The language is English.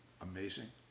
Amazing